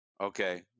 Okay